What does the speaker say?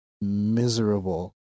miserable